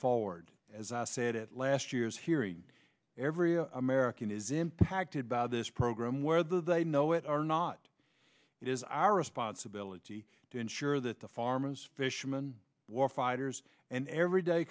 forward as i said at last year's hearing every american is impacted by this program where they know it or not it is our responsibility to ensure that the farmers fisherman war fighters and everyday